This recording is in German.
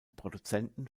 produzenten